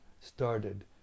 started